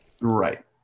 Right